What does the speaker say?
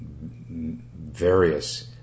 various